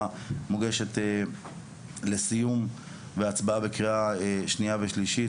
מוגשת לסיום והצבעה בקריאה שנייה ושלישית,